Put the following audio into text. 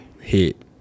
hit